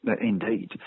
Indeed